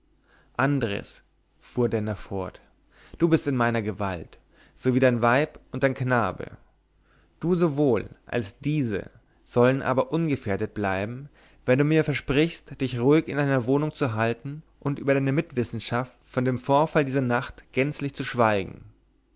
andres fuhr denner fort du bist in meiner gewalt so wie dein weib und dein knabe du sowohl als diese sollen aber ungefährdet bleiben wenn du mir versprichst dich ruhig in deiner wohnung zu halten und über deine mitwissenschaft von dem vorfall dieser nacht gänzlich zu schweigen